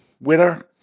Winner